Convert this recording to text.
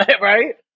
right